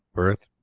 birth,